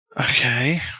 Okay